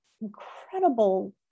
incredible